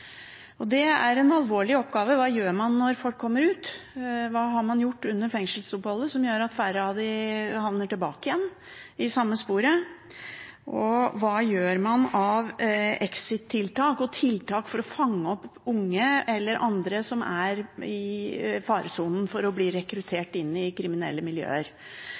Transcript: Det er en alvorlig oppgave. Hva gjør man når folk kommer ut? Hva har man gjort under fengselsoppholdet som gjør at færre av dem havner tilbake i det samme sporet? Hva gjør man av exit-tiltak og tiltak for å fange opp unge eller andre som er i faresonen for å bli rekruttert inn i kriminelle miljøer?